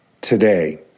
today